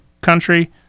country